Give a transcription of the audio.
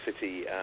city